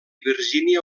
virgínia